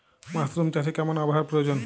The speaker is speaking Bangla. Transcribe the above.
মাসরুম চাষে কেমন আবহাওয়ার প্রয়োজন?